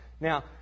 Now